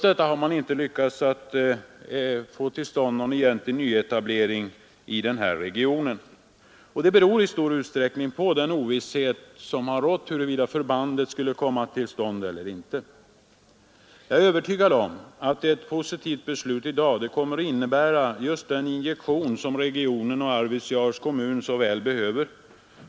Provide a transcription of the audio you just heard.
Man har ändå inte lyckats få till stånd någon egentlig nyetablering i regionen, och det beror på den ovisshet som rått huruvida förbandet skulle komma till stånd eller inte. Jag är övertygad om att ett positivt beslut i dag kommer att innebära — Nr 157 just den injektion regionen och Arvidsjaurs kommun såväl behöver.